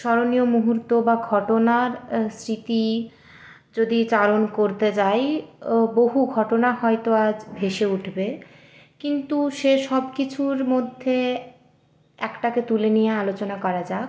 স্মরণীয় মুহূর্ত বা ঘটনার স্মৃতি যদি চারণ করতে যাই বহু ঘটনা হয়তো আজ ভেসে উঠবে কিন্তু সেসব কিছুর মধ্যে একটাকে তুলে নিয়ে আলোচনা করা যাক